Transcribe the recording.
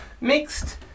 mixed